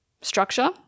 structure